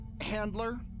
Handler